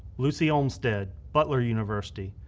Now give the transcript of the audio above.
lucy olmstead, butler university,